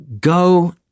Go